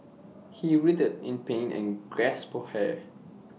he writhed in pain and gasped hair